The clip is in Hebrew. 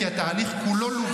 אני אענה לו.